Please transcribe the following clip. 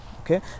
okay